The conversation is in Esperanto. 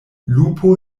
lupo